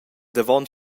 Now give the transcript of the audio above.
davon